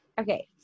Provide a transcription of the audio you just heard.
Okay